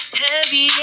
heavy